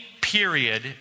period